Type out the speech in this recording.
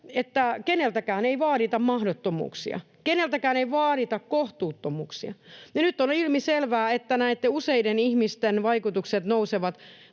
että keneltäkään ei vaadita mahdottomuuksia, keneltäkään ei vaadita kohtuuttomuuksia, ja nyt on ilmiselvää, että useiden ihmisten kohdalla vaikutukset nousevat